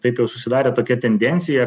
taip jau susidarė tokia tendencija